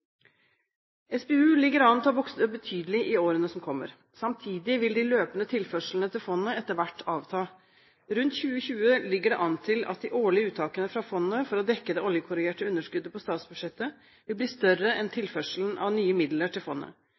SPU ligger an til å vokse betydelig i årene som kommer. Samtidig vil de løpende tilførslene til fondene etter hvert avta. Rundt 2020 ligger det an til at de årlige uttakene fra fondet for å dekke det oljekorrigerte underskuddet på statsbudsjettet vil bli større enn tilførselen av nye midler til fondet.